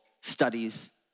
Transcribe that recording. studies